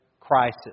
crisis